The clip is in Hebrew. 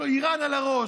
יש לו איראן על הראש,